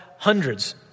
hundreds